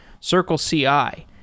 CircleCI